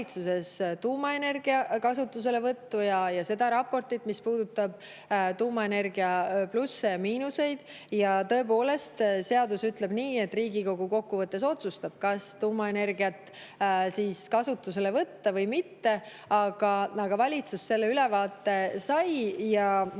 tuumaenergia kasutuselevõttu ja seda raportit, mis puudutab tuumaenergia plusse ja miinuseid. Ja tõepoolest, seadus ütleb nii, et Riigikogu kokkuvõttes otsustab, kas tuumaenergiat kasutusele võtta või mitte. Aga valitsus selle ülevaate sai ja ma